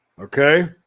Okay